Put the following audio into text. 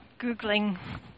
googling